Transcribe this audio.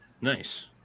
Nice